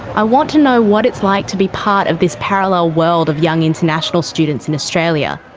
i want to know what it's like to be part of this parallel world of young international students in australia.